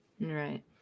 Right